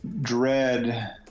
Dread